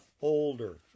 older